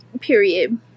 Period